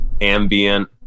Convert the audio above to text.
ambient